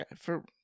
for-